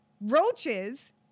roaches